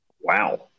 wow